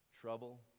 Trouble